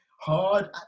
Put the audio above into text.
hard